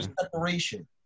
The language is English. Separation